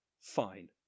fine